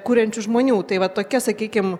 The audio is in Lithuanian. kuriančių žmonių tai va tokia sakykim